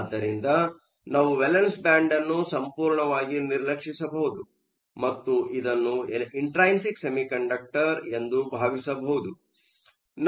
ಆದ್ದರಿಂದ ನಾವು valence band ಅನ್ನು ಸಂಪೂರ್ಣವಾಗಿ ನಿರ್ಲಕ್ಷಿಸಬಹುದು ಮತ್ತು ಇದನ್ನು ಇಂಟ್ರೈನ್ಸಿಕ್ ಸೆಮಿಕಂಡಕ್ಟರ್ ಎಂದು ಭಾವಿಸಬಹುದು